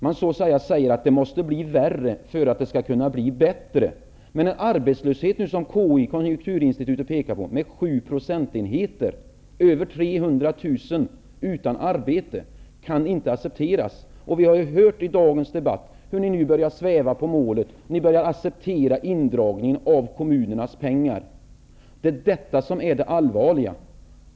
Man så att säga menar att det måste bli värre för att det skall kunna bli bättre. Konjunkturinstitutet pekar på en arbetslöshet på 7 %, dvs. över 300 000 utan arbete. En sådan arbetslöshet kan inte accepteras. Vi har i dagens debatt hört hur ni nu börjar sväva på målet. Ni börjar acceptera indragningen av kommunernas pengar. Det är detta som är det allvarliga.